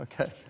Okay